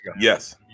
Yes